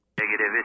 Negative